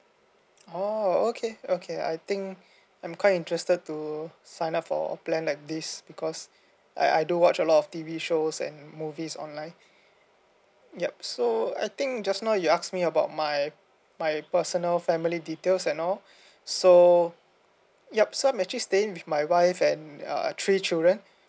oh okay okay I think I'm quite interested to sign up for a plan like this because I I do watch a lot of T_V shows and movies online yup so I think just now you ask me about my my personal family details and all so yup so I'm actually staying with my wife and uh three children